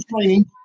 training